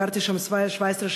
גרתי שם 17 שנים,